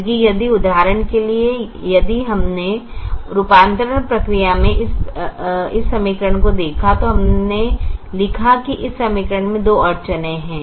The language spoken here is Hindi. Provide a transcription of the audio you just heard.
क्योंकि यदि उदाहरण के लिए यदि हमने रूपांतरण प्रक्रिया में इस समीकरण को देखा तो हमने लिखा कि इस समीकरण में दो अड़चनें हैं